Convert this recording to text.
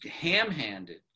ham-handed